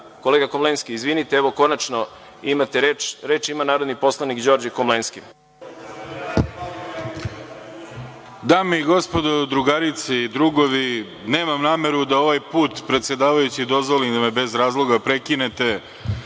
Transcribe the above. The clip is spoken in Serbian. reda. Kolega Komlenski, izvinite, evo, konačno imate reč. Reč ima narodni poslanik Đorđe Komlenski. **Đorđe Komlenski** Dame i gospodo, drugarice i drugovi, nemam nameru da ovaj put, predsedavajući, dozvolim da me bez razloga prekinete